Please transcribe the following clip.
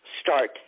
start